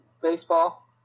baseball